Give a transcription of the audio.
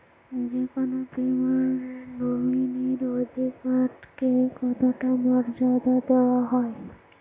যে কোনো বীমায় নমিনীর অধিকার কে কতটা মর্যাদা দেওয়া হয়?